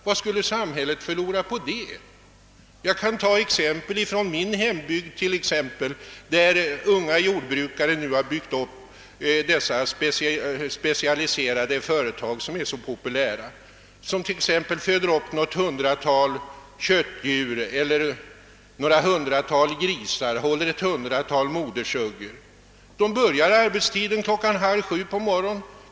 Vad skulle samhället förlora på det? Jag kan ta exempel från min hembygd, där unga jordbrukare byggt upp dessa specialiserade företag, som är så populära i den jordbrukspolitiska debatten. De föder upp t.ex. något hundratal köttdjur eller något hundratal grisar och modersuggor. De börjar arbeta klockan halv sju på morgonen.